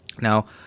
Now